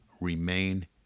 remain